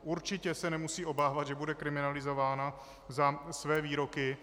Určitě se nemusí obávat, že bude kriminalizována za své výroky.